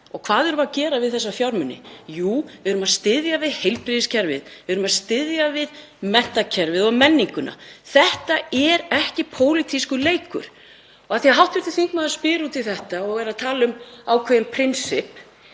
Og hvað erum við að gera við þessa fjármuni? Jú, við erum að styðja við heilbrigðiskerfið, við erum að styðja við menntakerfið og menninguna. Þetta er ekki pólitískur leikur. Og af því að hv. þingmaður spyr út í þetta og er að tala um ákveðin prinsipp